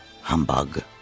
Humbug